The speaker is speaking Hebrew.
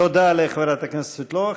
תודה לחברת הכנסת סבטלובה.